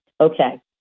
Okay